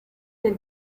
del